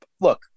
look